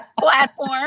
platform